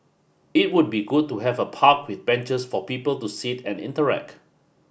it would be good to have a park with benches for people to sit and interact